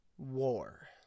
war